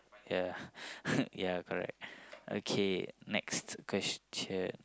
ya ya correct okay next question